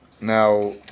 Now